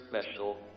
special